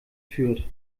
führt